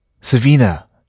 Savina